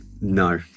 No